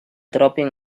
dropping